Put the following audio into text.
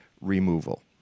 removal